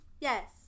yes